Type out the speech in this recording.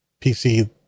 PC